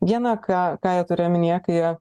vieną ką ką jie turi omenyje kai jie